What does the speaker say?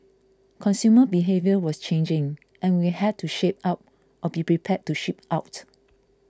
consumer behaviour was changing and we had to shape up or be prepared to ship out